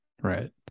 right